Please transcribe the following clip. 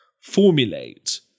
...formulate